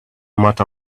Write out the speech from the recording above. matter